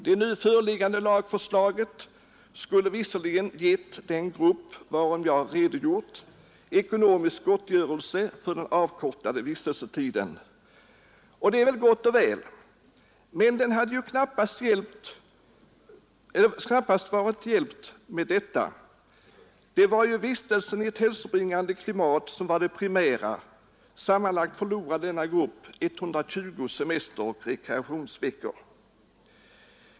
Det nu föreliggande lagförslaget skulle visserligen gett den av mig nämnda gruppen ekonomisk gottgörelse för den avkortade vistelsetiden — och det är gott och väl — men den hade knappast varit hjälpt med detta. Det var ju vistelsen i ett hälsobringande klimat som var det primära. Sammanlagt förlorade denna grupp 120 semesteroch rekreationsveckor.